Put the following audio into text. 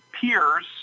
peers